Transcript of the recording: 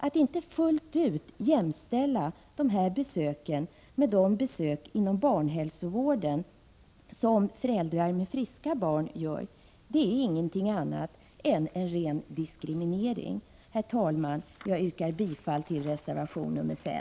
Att inte fullt ut jämställa dessa besök med de besök inom barnhälsovården som föräldrar med friska barn gör är ingenting annat än ren diskriminering. Herr talman! Jag yrkar bifall till reservation 5.